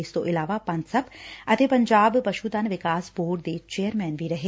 ਇਸ ਤੋਂ ਇਲਾਵਾ ਪਨਸੱਪ ਅਤੇ ਪੰਜਾਬ ਪਸੁਧਨ ਵਿਕਾਸ ਬੋਰਡ ਦੇ ਚੇਅਰਮੈਨ ਵੀ ਰਹੇ